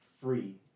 free